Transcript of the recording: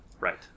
Right